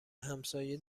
همسایه